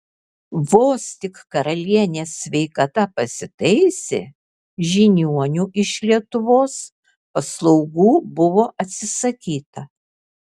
vos tik karalienės sveikata pasitaisė žiniuonių iš lietuvos paslaugų buvo atsisakyta